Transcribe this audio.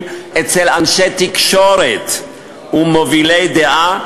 אצל אנשי תקשורת ומובילי תקשורת ומובילי דעה,